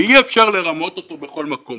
ואי אפשר לרמות אותו בכל מקום.